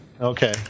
Okay